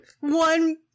one